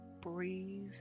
Breathe